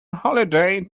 holiday